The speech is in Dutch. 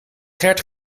gert